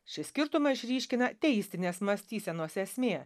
šį skirtumą išryškina ateistinės mąstysenos esmė